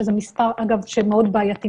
שזה מספר מאוד בעייתי,